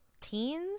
teens